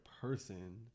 person